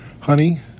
Honey